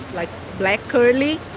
like black curly.